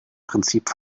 prinzip